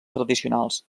tradicionals